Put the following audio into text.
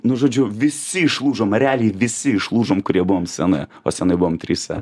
nu žodžiu visi išlūžom realiai visi išlūžom kurie buvom scenoje o scenoje buvom trise